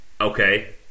Okay